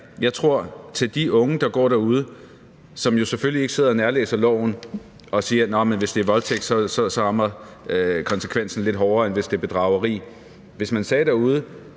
at man til de unge, der går derude – og som jo selvfølgelig ikke sidder og nærlæser loven og siger, nå, hvis det er voldtægt, så rammer konsekvensen lidt hårdere, end hvis det er bedrageri – sagde: